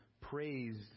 praised